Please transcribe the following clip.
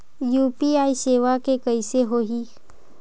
UPI सेवा के कइसे होही?